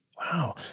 Wow